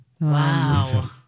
Wow